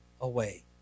away